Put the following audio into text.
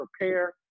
prepare